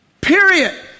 Period